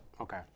okay